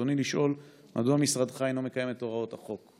רצוני לשאול: מדוע משרדך אינו מקיים את הוראות החוק?